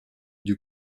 dut